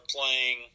playing